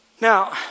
Now